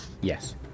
yes